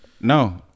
No